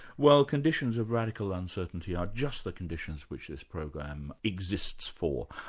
well conditions of radical uncertainty are just the conditions which this program exists for.